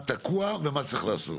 מה תקוע ומה צריך לעשות?